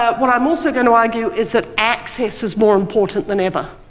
ah what i am also going to argue is that access is more important than ever.